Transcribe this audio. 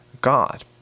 God